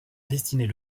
destinait